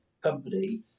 company